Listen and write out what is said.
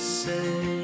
say